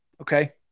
Okay